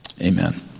Amen